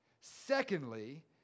Secondly